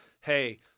hey